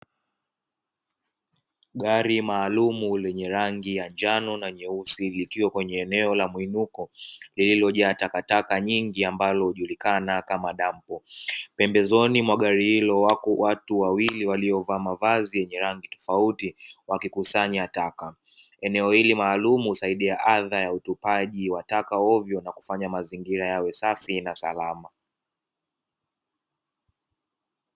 Gari maalumu lenye rangi ya njano na nyeusi, likiwa kwenye sehemu ya muinuko lililojaa takataka nyingi ambalo hujulikana kama dampo. Pembezoni mwa gari hilo wapo watu wawili waliovaa mavazi yenye rangi tofauti wakikusanya taka. Eneo hili maalumu husaidia adha ya utupaji wa taka hovyo na kufanya mazingira yawe safi na salama.